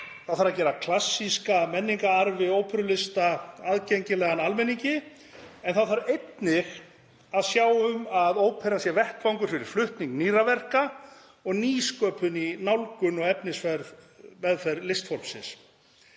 Það þarf að gera klassískan menningararf óperulista aðgengilegan almenningi en það þarf einnig að sjá um að óperan sé vettvangur fyrir flutning nýrra verka og nýsköpun í nálgun og efnismeðferð listformsins.